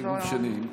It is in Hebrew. סיבוב שני.